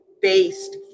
based